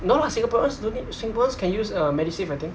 no lah singaporeans don't need singaporeans can use uh medisave I think